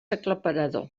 aclaparador